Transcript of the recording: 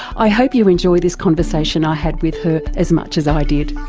i hope you enjoy this conversation i had with her as much as i did.